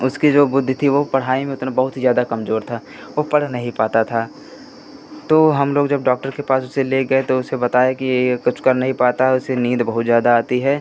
उसकी जो बुद्धि थी वो पढ़ाई में उतना बहुत ही ज़्यादा कमजोर था वो पढ़ नहीं पाता था तो हम लोग जब डॉक्टर के पास उसे ले गए तो उसे बताया कि ये ये कुछ कर नहीं पाता है उसे नींद बहुत ज़्यादा आती है